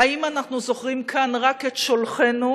האם אנחנו זוכרים כאן רק את שולחינו,